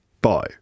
Bye